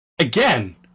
Again